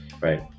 Right